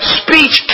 speech